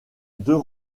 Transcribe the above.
deux